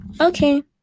Okay